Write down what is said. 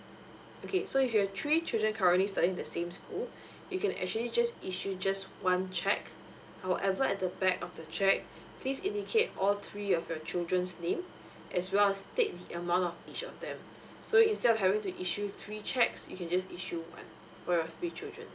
okay so if your three children currently studying in the same school you can actually just issue just one cheque however at the back of the cheque please indicate all three of your children's name as well as state the amount of each of them so instead of having to issue three cheques you can just issue one for your three children